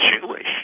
Jewish